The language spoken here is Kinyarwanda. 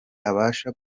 abasha